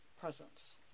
presence